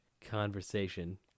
conversation